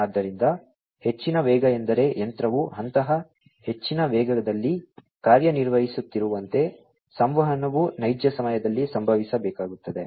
ಆದ್ದರಿಂದ ಹೆಚ್ಚಿನ ವೇಗ ಎಂದರೆ ಯಂತ್ರವು ಅಂತಹ ಹೆಚ್ಚಿನ ವೇಗದಲ್ಲಿ ಕಾರ್ಯನಿರ್ವಹಿಸುತ್ತಿರುವಂತೆ ಸಂವಹನವು ನೈಜ ಸಮಯದಲ್ಲಿ ಸಂಭವಿಸಬೇಕಾಗುತ್ತದೆ